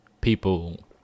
people